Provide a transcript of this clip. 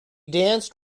danced